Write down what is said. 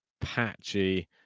patchy